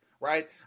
right